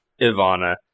Ivana